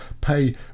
pay